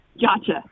Gotcha